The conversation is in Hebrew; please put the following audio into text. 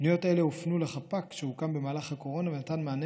פניות הללו הופנו לחפ"ק שהוקם במהלך הקורונה ונתן מענה